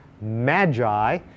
magi